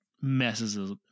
messes